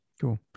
Cool